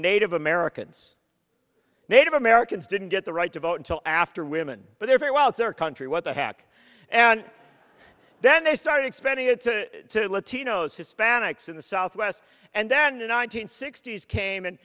native americans native americans didn't get the right to vote until after women but they're very well it's their country what the heck and then they started expanding it to latinos hispanics in the southwest and then a nine hundred sixty s came and